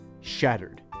Shattered